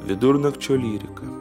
vidurnakčio lyrika